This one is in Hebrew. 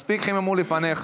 מספיק חיממו לפניך.